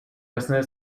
jasné